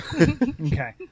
Okay